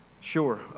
Sure